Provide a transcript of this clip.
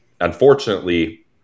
unfortunately